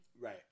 right